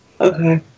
Okay